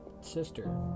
sister